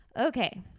Okay